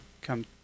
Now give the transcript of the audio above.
come